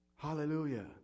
Hallelujah